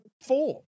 four